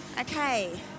okay